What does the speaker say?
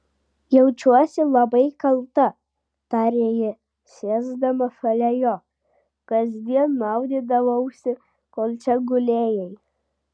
jaučiuosi labai kalta tarė ji sėsdama šalia jo kasdien maudydavausi kol čia gulėjai